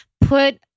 put